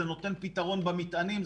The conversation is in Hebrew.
זה נותן פתרון במטענים,